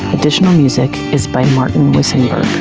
additional music is by martin wissenberg.